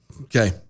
Okay